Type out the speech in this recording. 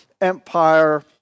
empire